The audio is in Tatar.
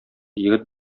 егет